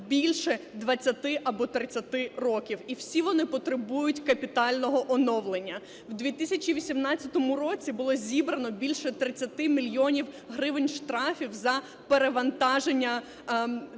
більше 20 або 30 років, і всі вони потребують капітального оновлення. В 2018 році було зібрано більше 30 мільйонів гривень штрафів за перевантаження.